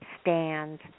stand